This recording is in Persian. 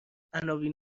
عناوین